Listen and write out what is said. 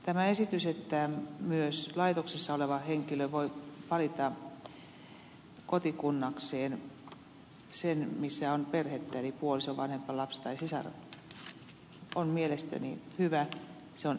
tämä esitys että myös laitoksessa oleva henkilö voi valita kotikunnakseen sen missä on perhettä eli puoliso vanhempi lapsi tai sisarus on mielestäni hyvä